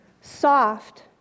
soft